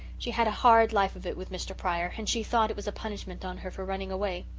she had a hard life of it with mr. pryor, and she thought it was a punishment on her for running away.